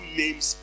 names